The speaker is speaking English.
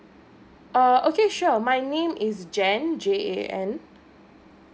err okay sure my name is Jan j_a_n